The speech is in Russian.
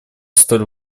столь